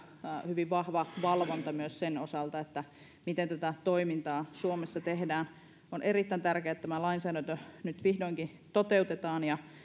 hyvin vahva valvonta myös sen osalta miten tätä toimintaa suomessa tehdään on erittäin tärkeää että tämä lainsäädäntö nyt vihdoinkin toteutetaan ja